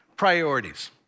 priorities